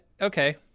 okay